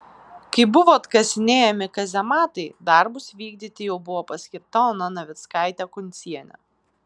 kai buvo atkasinėjami kazematai darbus vykdyti jau buvo paskirta ona navickaitė kuncienė